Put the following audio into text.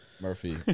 Murphy